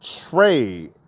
trade